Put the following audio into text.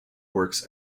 works